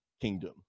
Kingdom